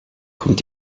kommt